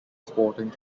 sporting